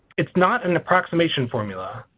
it's not an approximation formula.